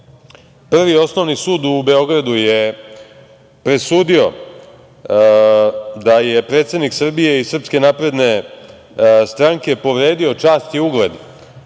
Prvi osnovni sud u Beogradu je presudio da je predsednik Srbije iz Srpske napredne stranke povredio čast i ugled